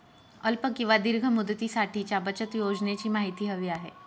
अल्प किंवा दीर्घ मुदतीसाठीच्या बचत योजनेची माहिती हवी आहे